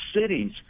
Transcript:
cities